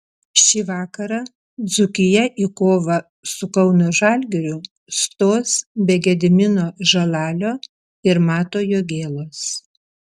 šį vakarą dzūkija į kovą su kauno žalgiriu stos be gedimino žalalio ir mato jogėlos